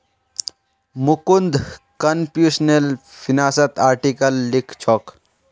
Mukund computational फिनांसत article लिखछोक